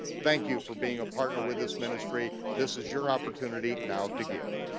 thank you for being a partner with this ministry, this is your opportunity now to give.